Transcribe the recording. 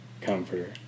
comforter